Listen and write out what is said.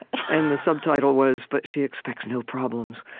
and the subtitle was, but she expects no problems.